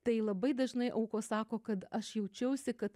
tai labai dažnai aukos sako kad aš jaučiausi kad